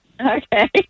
Okay